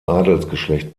adelsgeschlecht